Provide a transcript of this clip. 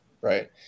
Right